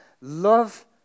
Love